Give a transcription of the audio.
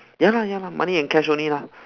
ya lah ya lah money and cash only lah